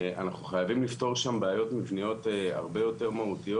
אנחנו חייבים לפתור שם בעיות מבניות הרבה יותר מהותיות